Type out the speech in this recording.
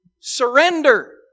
Surrender